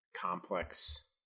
complex